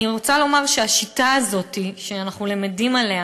אני רוצה לומר שהשיטה הזאת, שאנחנו למדים עליה,